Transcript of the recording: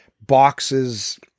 boxes